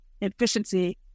efficiency